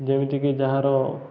ଯେମିତିକି ଯାହାର